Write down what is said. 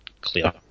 clear